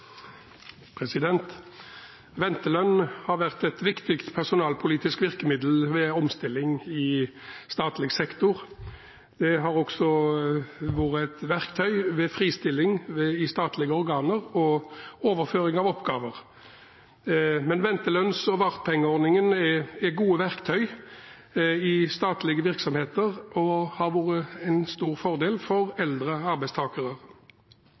Ventelønn har vært et viktig personalpolitisk virkemiddel ved omstilling i statlig sektor. Det har også vært et verktøy ved fristilling i statlige organer og ved overføring av oppgaver. Ventelønnsordningen og vartpengeordningen er gode verktøy i statlige virksomheter og har vært en stor fordel for eldre arbeidstakere.